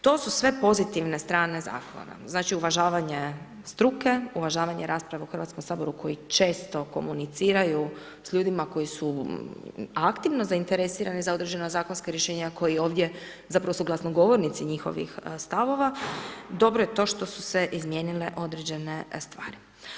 To su sve pozitivne strane zakona, znači, uvažanje struke, uvažavanje rasprave u Hrvatskom saboru, koji često komuniciraju s ljudima koji su aktivno zainteresirani za određena zakonska rješenja, koji ovdje, zapravo suglasnogovornici njihovih stavova, dobro je to što su se izmijenile određene stvari.